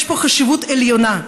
יש פה חשיבות עליונה,